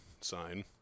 sign